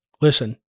Listen